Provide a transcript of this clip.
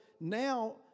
now